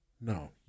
No